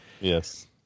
Yes